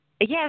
Yes